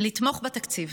לתמוך בתקציב,